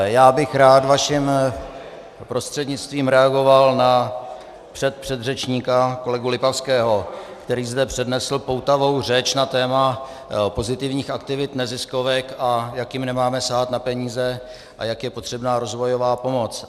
Rád bych vaším prostřednictvím reagoval na předpředřečníka kolegu Lipavského, který zde pronesl poutavou řeč na téma pozitivních aktivit neziskovek, a jak jim nemáme sahat na peníze a jak je potřebná rozvojová pomoc.